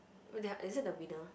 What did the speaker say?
oh that one is it the winner